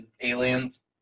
aliens